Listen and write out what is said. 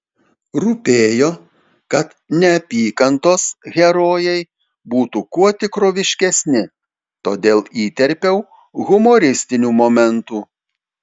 rūpėjo kad neapykantos herojai būtų kuo tikroviškesni todėl įterpiau humoristinių momentų